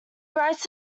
writes